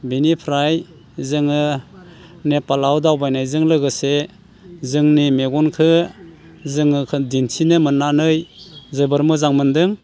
बिनिफ्राय जोङो नेपालाव दावबायनायजों लोगोसे जोंनि मेगनखो जोङो दिनथिनो मोननानै जोबोर मोजां मोन्दों